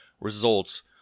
results